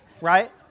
right